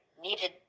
needed